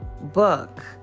book